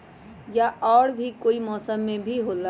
या और भी कोई मौसम मे भी होला?